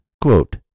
quote